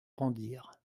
rendirent